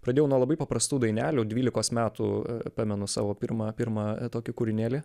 pradėjau nuo labai paprastų dainelių dvylikos metų pamenu savo pirmą pirmą tokį kūrinėlį